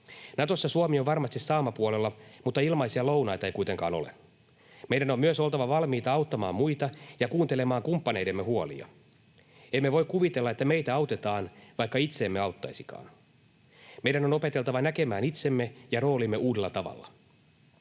Natossa Suomi on varmasti saamapuolella, mutta ilmaisia lounaita ei kuitenkaan ole. Meidän on myös oltava valmiita auttamaan muita ja kuuntelemaan kumppaneidemme huolia. Emme voi kuvitella, että meitä autetaan, vaikka itse emme auttaisikaan. Meidän on opeteltava näkemään itsemme ja roolimme uudella tavalla.